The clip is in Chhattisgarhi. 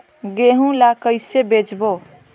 गहूं ला कइसे बेचबो?